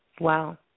Wow